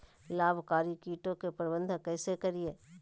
लाभकारी कीटों के प्रबंधन कैसे करीये?